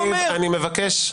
חבר הכנסת גלעד קריב, אני מבקש.